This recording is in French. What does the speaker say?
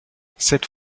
cette